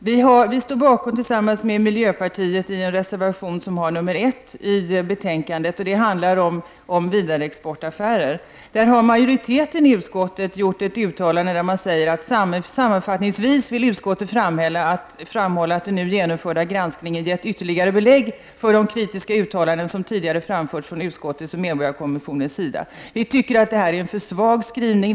Tillsammans med miljöpartiet står vi i vpk bakom reservation nr 1 till betänkandet, vilken tar upp vidareexportaffärer. Majoriteten i utskottet har i detta sammanhang uttalat: Sammanfattningsvis vill utskottet framhålla att den nu genomförda granskningen gett ytterligare belägg för de kritiska uttalanden som tidigare framförts från utskottets och medborgarkommissionens sida. Vi reservanter menar att detta är en för svag skrivning.